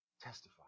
testify